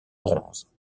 bronze